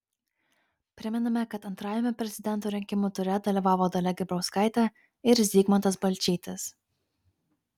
primename kad antrajame prezidento rinkimų ture dalyvavo dalia grybauskaitė ir zygmantas balčytis